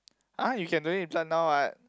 ah you can donate blood now what